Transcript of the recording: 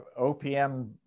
OPM